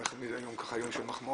זה גם ככה יום של מחמאות,